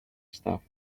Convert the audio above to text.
stuff